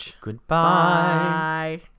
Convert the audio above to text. Goodbye